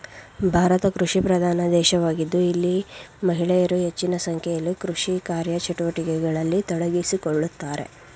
ಭಾರತ ಕೃಷಿಪ್ರಧಾನ ದೇಶವಾಗಿದ್ದು ಇಲ್ಲಿ ಮಹಿಳೆಯರು ಹೆಚ್ಚಿನ ಸಂಖ್ಯೆಯಲ್ಲಿ ಕೃಷಿ ಕಾರ್ಯಚಟುವಟಿಕೆಗಳಲ್ಲಿ ತೊಡಗಿಸಿಕೊಳ್ಳುತ್ತಾರೆ